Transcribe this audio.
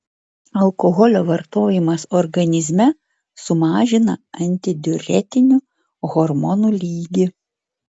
alkoholio vartojimas organizme sumažina antidiuretinių hormonų lygį